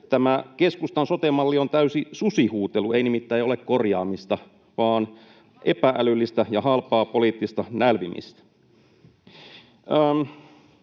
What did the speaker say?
Tämä ”keskustan sote-malli on täysi susi” -huutelu ei nimittäin ole korjaamista vaan epä-älyllistä ja halpaa poliittista nälvimistä.